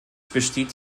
besteht